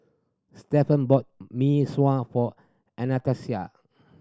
Stephan bought Mee Sua for Anastacia